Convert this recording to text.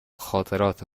خاطرات